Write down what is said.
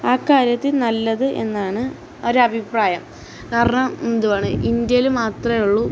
ആ കാര്യത്തിൽ നല്ലത് എന്നാണ് ഒരഭിപ്രായം കാരണം എന്തുവാണ് ഇന്ത്യയിൽ മാത്രമേയുള്ളൂ